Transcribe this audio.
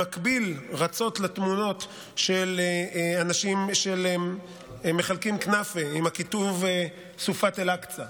במקביל רצות תמונות של אנשים שמחלקים כנאפה עם הכיתוב "סופת אל-אקצא"